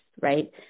right